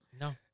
no